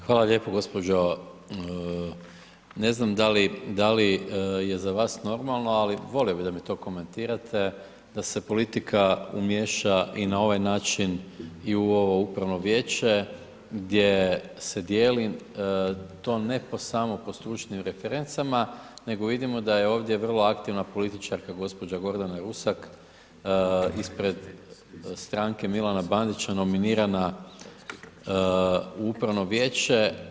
Hvala lijepo gospođo, ne znam da li, da li je za vas normalno ali volio bi da mi to komentirate da se politika umiješa i na ovaj način i u ovo upravno vijeće gdje dijeli to ne samo po stručnim referencama, nego vidimo da je ovdje vrlo aktivna političarka gospođa Gordana Rusak ispred Stranke Milana Bandića nominirana u upravno vijeće.